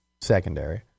secondary